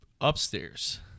upstairs